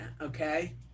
Okay